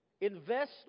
Invest